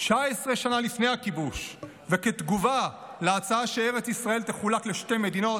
19 שנה לפני הכיבוש וכתגובה להצעה שארץ ישראל תחולק לשתי מדינות,